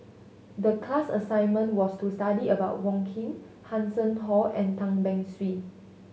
the class assignment was to study about Wong Keen Hanson Ho and Tan Beng Swee